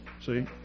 See